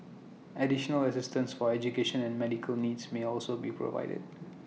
additional assistance for education and medical needs may also be provided